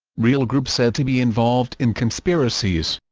real groups said to be involved in conspiracies